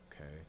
Okay